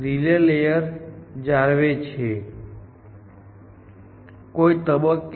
search માં જરૂરી તેટલા લેયર જાળવવામાં આવે છે તે 0 1 2 અથવા 4 હોઈ શકે છે